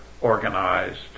organized